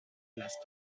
las